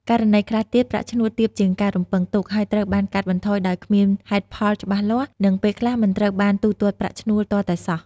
ករណីខ្លះទៀត ប្រាក់ឈ្នួលទាបជាងការរំពឹងទុក ហើយត្រូវបានកាត់បន្ថយដោយគ្មានហេតុផលច្បាស់លាស់ និងពេលខ្លះមិនត្រូវបានទូទាត់ប្រាក់ឈ្នួលទាល់តែសោះ។